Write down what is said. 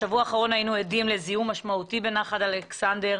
בשבוע האחרון היינו עדים לזיהום משמעותי בנחל אלכסנדר,